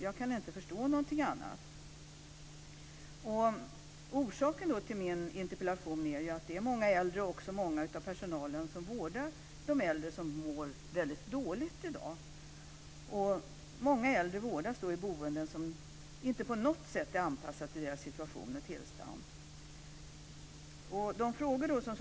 Jag kan inte förstå någonting annat. Orsaken till min interpellation är att många äldre, och även många i personalen som vårdar de äldre, mår väldigt dåligt i dag. Många äldre vårdas i boenden som inte på något sätt är anpassade till deras situation eller tillstånd.